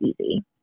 easy